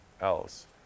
else